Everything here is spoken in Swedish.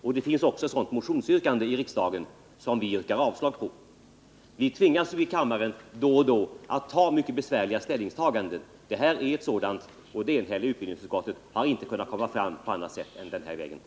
Ett motionsyrkande med ett sådant innehåll har också framförts i riksdagen, men vi har yrkat avslag på detta. Vi tvingas här i kammaren att då och då göra mycket besvärliga ställningstaganden. Detta är ett sådant, och utbildningsutskottet har enhälligt konstaterat att man inte kunnat komma fram till en lösning på annat sätt än det som nu föreslås.